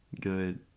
good